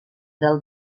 del